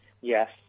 Yes